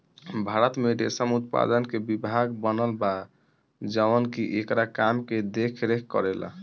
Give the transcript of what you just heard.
भारत में रेशम उत्पादन के विभाग बनल बा जवन की एकरा काम के देख रेख करेला